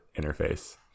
interface